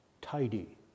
tidy